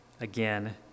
Again